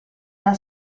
una